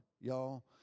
y'all